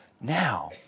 Now